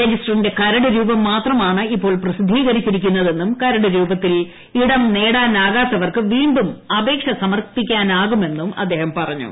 രജിസ്റ്ററിന്റെ കരട് രൂപം മാത്രമാണ് ഇപ്പോൾ പ്രസിദ്ധീകരിച്ചിരിക്കുന്നതെന്നും കരട് രൂപത്തിൽ ഇടം നേടാനാവാത്തവർക്ക് വീ ും അപേക്ഷ സമർപ്പിക്കാനാവുമെന്നും അദ്ദേഹം പറഞ്ഞു